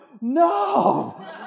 No